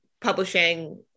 publishing